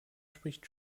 spricht